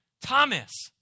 Thomas